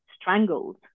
strangled